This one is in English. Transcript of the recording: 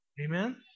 Amen